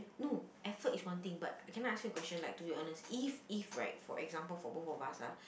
no effort is one thing but can I ask you a question like to be honest if if right for example for both of us ah